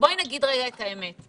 בואי ונגיד רגע את האמת: